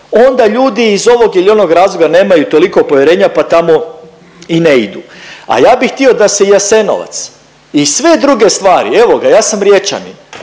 onda ljudi iz ovog ili onog razloga nemaju toliko povjerenja pa tamo i ne idu. A ja bi htio da se i Jasenovac i sve druge stvari, evoga ja sam Riječanin,